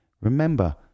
Remember